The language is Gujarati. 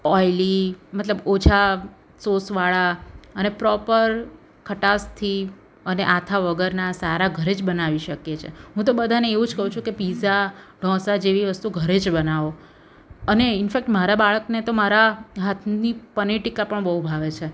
ઓઇલી મતલબ ઓછા સૉસવાળા અને પ્રોપર ખટાશથી અને આથા વગરના સારા ઘરે જ બનાવી શકીએ છે હું તો બધાને એવું જ કહું છું કે પિઝા ઢોસા જેવી વસ્તુ ઘરે જ બનાવો અને ઇન્ફેક્ટ મારા બાળકને તો મારા હાથની પનીર ટિક્કા પણ બહુ ભાવે છે